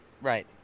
Right